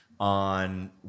on